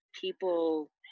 people